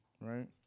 right